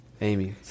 Amy